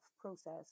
process